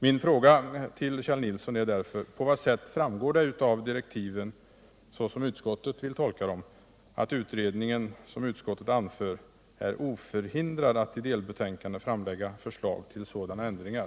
Min fråga till Kjell Nilsson är därför: På vad sätt framgår det av direktiven, såsom utskottet vill uttolka dem, att utredningen — som utskottet anför — är oförhindrad att i delbetänkande framlägga förslag till sådana ändringar?